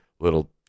little